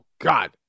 God